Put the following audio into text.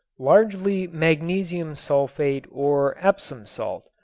largely magnesium sulfate or epsom salt,